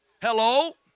Hello